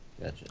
Gotcha